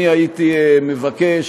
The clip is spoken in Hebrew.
אני הייתי מבקש